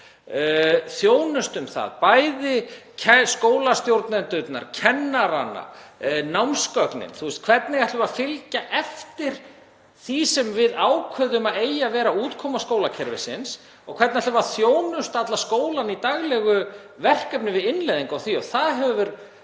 þjónustum það, bæði skólastjórnendur, kennarana, námsgögnin. Hvernig ætlum við að fylgja eftir því sem við ákveðum að eigi að vera útkoma skólakerfisins? Hvernig ætlum við að þjónusta allan skólann í daglegum verkefnum við innleiðingu á því? Það hefur verið